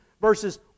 verses